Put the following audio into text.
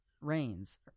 rains